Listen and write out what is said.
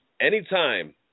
anytime